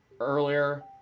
earlier